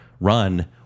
run